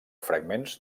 fragments